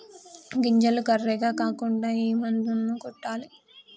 గింజలు కర్రెగ కాకుండా ఏ మందును కొట్టాలి?